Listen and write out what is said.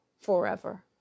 forever